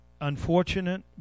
unfortunate